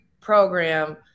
program